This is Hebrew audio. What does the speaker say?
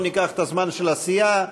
לא ניקח את הזמן של הסיעה.